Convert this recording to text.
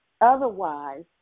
Otherwise